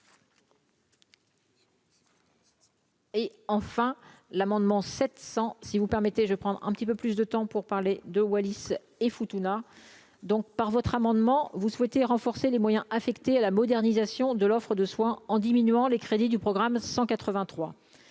Et enfin, l'amendement 700 si vous permettez, je prends un petit peu plus de temps pour parler de Wallis et Futuna, donc par votre amendement, vous souhaitez renforcer les moyens affectés à la modernisation de l'offre de soins en diminuant les crédits du programme 183